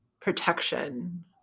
protection